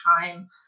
time